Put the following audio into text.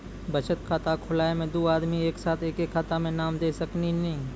बचत खाता खुलाए मे दू आदमी एक साथ एके खाता मे नाम दे सकी नी?